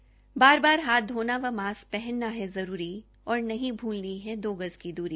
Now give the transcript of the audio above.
बार बार हाथ धोना व मास्क पहनना है जरूरी और नहीं भूलनी है दो गज की दूरी